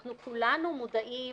אנחנו יודעים